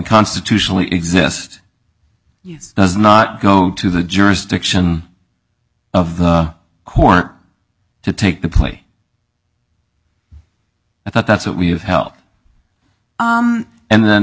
constitutionally exist does not go to the jurisdiction of the court to take the plea i thought that's what we have helped and